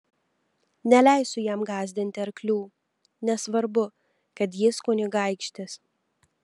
neleisiu jam gąsdinti arklių nesvarbu kad jis kunigaikštis